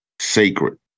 Sacred